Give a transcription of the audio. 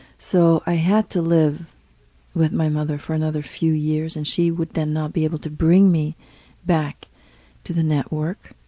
so i had to live with my mother for another few years and she would then not be able to bring me back to the network.